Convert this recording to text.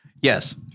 Yes